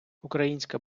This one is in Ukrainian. українська